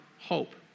hope